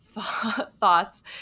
thoughts